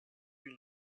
une